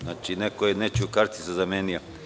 Znači, neko je nečiju karticu zamenio.